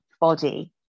body